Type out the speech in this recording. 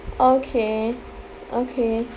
orh okay okay